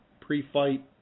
pre-fight